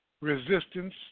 resistance